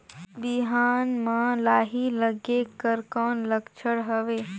बिहान म लाही लगेक कर कौन लक्षण हवे?